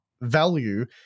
value